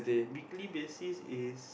weekly basis is